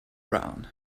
brown